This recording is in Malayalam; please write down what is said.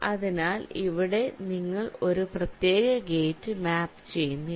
അതിനാൽ ഇവിടെ നിങ്ങൾ ഒരു പ്രത്യേക ഗേറ്റ് മാപ്പ് ചെയ്യുന്നില്ല